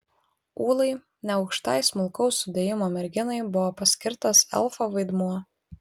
ūlai neaukštai smulkaus sudėjimo merginai buvo paskirtas elfo vaidmuo